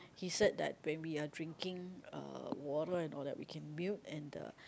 he said that when we are drinking uh water and all that we can mute and the